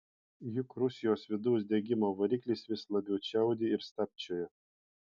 juk rusijos vidaus degimo variklis vis labiau čiaudi ir stabčioja